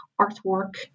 artwork